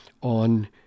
on